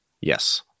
Yes